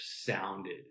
sounded